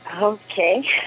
Okay